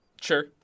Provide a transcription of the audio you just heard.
Sure